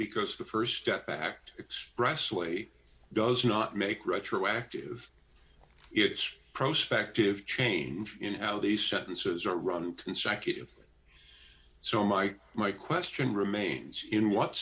because the st step act expressly does not make retroactive it's prospect of change in how these sentences are run consecutive so my my question remains in what